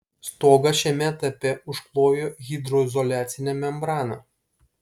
stogą šiame etape užklojo hidroizoliacine membrana